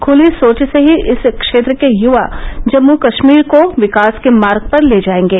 खूली सोच से ही इस क्षेत्र के युवा जम्म कश्मीर को विकास के मार्ग पर ले जायेंगे